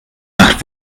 nach